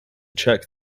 check